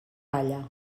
balla